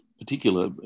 particular